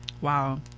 Wow